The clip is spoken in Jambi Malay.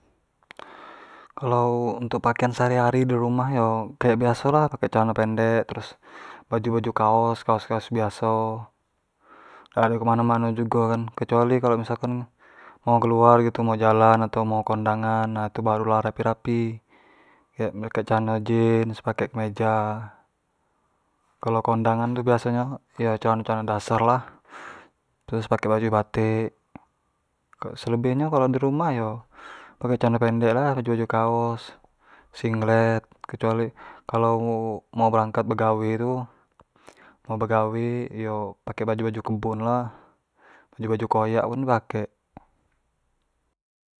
kalo untuk pakaian sehari-hari dirumah yo kek biaso lah pake celano pendek, terus baju-baju kaos biaso, dak ado kemano-mano jugo kan kecuali kalo misalkan mau keluar gitu mau jalan atau mau kondangan nah itu baru keluar rapi-rapi, kayak make celano jeans, pake kemeja, kalo kondangan tu biaso nyo yo celano-celano dasar lah terus pake baju batik, kok selebih nyo kalo di rumah yo pake celano pendek lah, baju-baju kaos, singlet kecuali kalau mau berangkat begawe tu mau begawe yo pake baju-baju kebun lah baju koyak pun din pakek